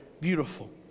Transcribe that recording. beautiful